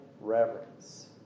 reverence